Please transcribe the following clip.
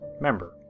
MEMBER